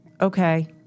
okay